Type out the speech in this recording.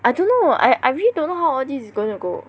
I don't know I I really don't know how all this is gonna go